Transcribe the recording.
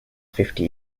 fifty